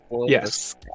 Yes